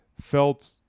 felt